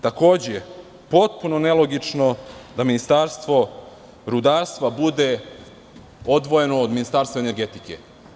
Takođe, potpuno nelogično je da Ministarstvo rudarstva bude odvojeno od Ministarstva energetike.